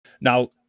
now